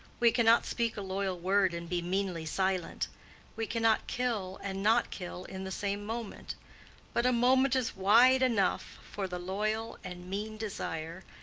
we cannot speak a loyal word and be meanly silent we cannot kill and not kill in the same moment but a moment is wide enough for the loyal and mean desire,